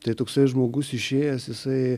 tai toksai žmogus išėjęs jisai